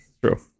true